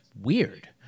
weird